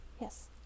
yes